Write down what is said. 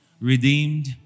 redeemed